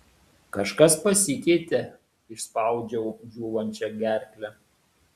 kažkas pasikeitė išspaudžiau džiūvančia gerkle